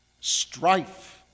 strife